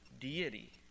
deity